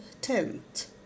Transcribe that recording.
tent